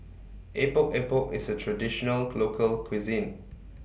Epok Epok IS A Traditional Local Cuisine